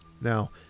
now